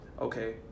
okay